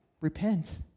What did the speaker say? repent